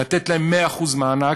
לתת להם 100% מענק,